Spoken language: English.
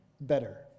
better